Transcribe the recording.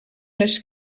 les